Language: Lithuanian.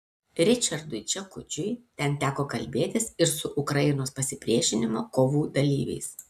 ričardui čekučiui ten teko kalbėtis ir su ukrainos pasipriešinimo kovų dalyviais